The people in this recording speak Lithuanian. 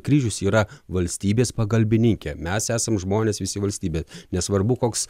kryžius yra valstybės pagalbininkė mes esam žmonės visi valstybė nesvarbu koks